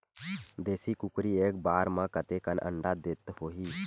देशी कुकरी एक बार म कतेकन अंडा देत होही?